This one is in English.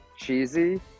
cheesy